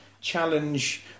challenge